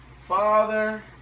father